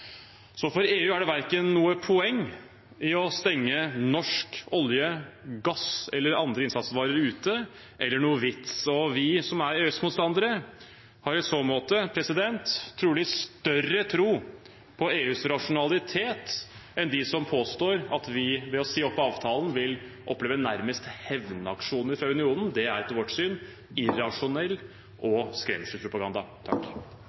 For EU er det verken noe poeng eller noen vits i å stenge norsk olje, gass eller andre innsatsvarer ute. Vi som er EØS-motstandere, har i så måte trolig større tro på EUs rasjonalitet enn dem som påstår at vi ved å si opp avtalen vil oppleve nærmest hevnaksjoner fra unionen. Det er etter vårt syn